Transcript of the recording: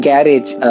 Garage